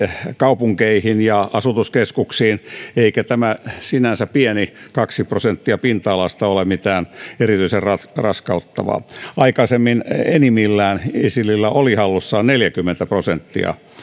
kaupunkeihin ja asutuskeskuksiin eikä tämä sinänsä pieni kaksi prosenttia pinta alasta ole mitään erityisen raskauttavaa aikaisemmin enimmillään isilillä oli hallussaan neljäkymmentä prosenttia